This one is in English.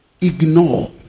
ignore